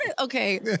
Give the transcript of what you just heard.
Okay